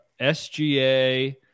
SGA